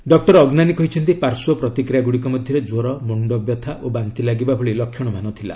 doctor Agnani କହିଛନ୍ତି ପାର୍ଶ୍ୱ ପ୍ରତିକ୍ରିୟାଗୁଡ଼ିକ ମଧ୍ୟରେ ଜ୍ୱର ମୁଣ୍ଡବ୍ୟଥା ଓ ବାନ୍ତି ଲାଗିବା ଭଳି ଲକ୍ଷଣମାନ ଥିଲା